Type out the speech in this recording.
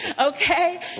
Okay